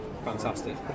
Fantastic